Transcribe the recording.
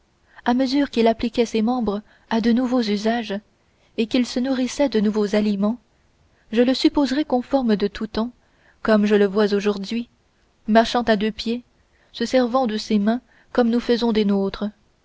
à mesure qu'il appliquait ses membres à de nouveaux usages et qu'il se nourrissait de nouveaux aliments je le supposerai conforme de tous temps comme je le vois aujourd'hui marchant à deux pieds se servant de ses mains comme nous faisons des nôtres